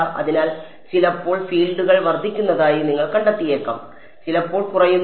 അതിനാൽ ചിലപ്പോൾ ഫീൽഡുകൾ വർദ്ധിക്കുന്നതായി നിങ്ങൾ കണ്ടെത്തിയേക്കാം ചിലപ്പോൾ കുറയുന്നു